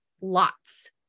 lots